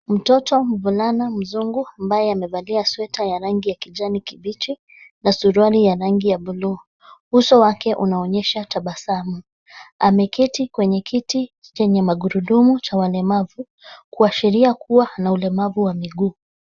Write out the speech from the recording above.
Mtoto mvulana mzungu ambaye amevalia sweta ya rangi ya kijani kibichi na suruali ya rangi ya buluu. Uso wake unaonyesha tabasamu. Ameketi kwenye kiti chenye magurudumu cha walemavu kuashiria kuwa ana ulemavu wa miguu.